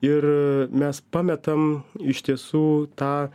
ir mes pametam iš tiesų tą